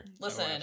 listen